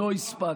לא הספקנו.